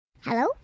Hello